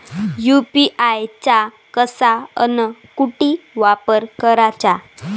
UPI चा कसा अन कुटी वापर कराचा?